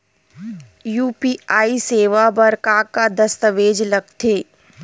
UPI सेवा बर का का दस्तावेज लगथे?